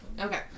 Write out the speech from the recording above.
Okay